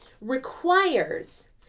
requires